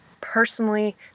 personally